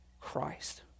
Christ